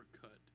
cut